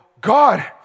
God